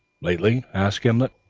lately? asked gimblet.